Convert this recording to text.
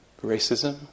racism